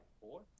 Four